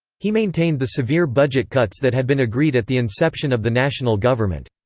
he maintained the severe budget cuts that had been agreed at the inception of the national government.